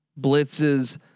blitzes